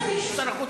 יש גבול לכל תעלול.